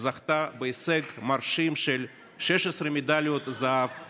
היא זכתה בהישג מרשים של 16 מדליות זהב,